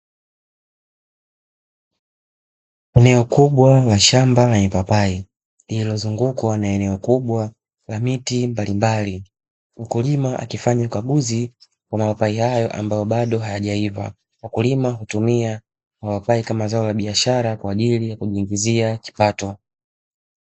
Eneo kubwa la shamba lenye papai, lililozungukwa na eneo kubwa la miti mbalimbali. Mmkulima akifanya ukaguzi wa mapapai hayo ambayo bado hayajaiva, mkulima hutumia mapapai kama zao la biashara kwa ajili ya kujiingizia kipato.